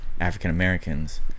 African-Americans